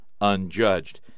unjudged